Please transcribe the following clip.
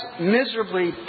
miserably